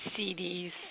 CDs